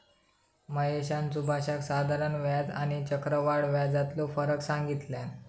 महेशने सुभाषका साधारण व्याज आणि आणि चक्रव्याढ व्याजातलो फरक सांगितल्यान